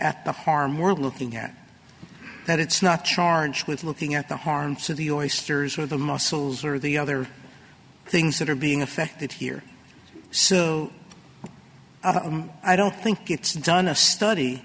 at the harm we're looking at that it's not charged with looking at the harm to the oysters or the muscles or the other things that are being affected here soon i don't think it's